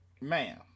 Man